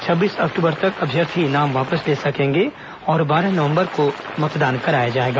छब्बीस अक्टूबर तक अभ्यर्थी नाम वापस ले सकेंगे और बारह नवंबर को मतदान कराया जाएगा